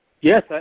Yes